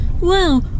Wow